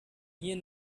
hier